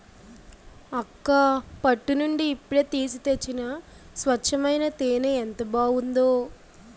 అక్కా పట్టు నుండి ఇప్పుడే తీసి తెచ్చిన స్వచ్చమైన తేనే ఎంత బావుందో